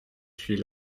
suis